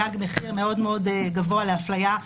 תג מחיר מאוד מאוד גבוה להפליה,